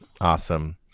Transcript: awesome